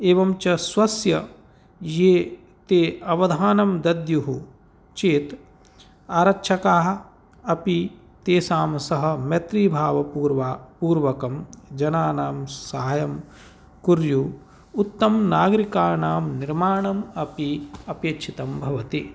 एवं च स्वस्य ये ते अवधानं दद्युः चेत् आरक्षकाः अपि तेषां सह मैत्रिभावपूर्वकं जनानां साहाय्यं कुर्युः उत्तमं नागरिकाणां निर्माणम् अपि अपेक्षितं भवति